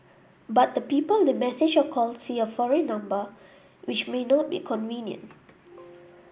but the people they message or call see a foreign number which may not be convenient